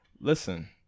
Listen